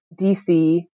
DC